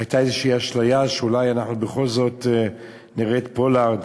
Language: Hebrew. הייתה אשליה כלשהי שאולי אנחנו בכל זאת נראה את פולארד,